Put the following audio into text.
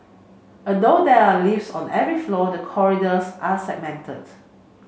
although there are lifts on every floor the corridors are segmented